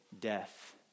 death